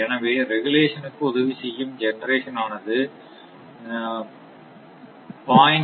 எனவே ரெகுலேஷன்க்கு உதவி செய்யும் ஜெனரேஷன் ஆனது 0